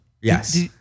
yes